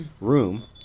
room